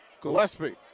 Gillespie